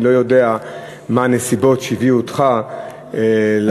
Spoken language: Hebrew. אני לא יודע מה הנסיבות שהביאו אותך להגיש.